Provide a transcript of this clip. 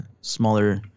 smaller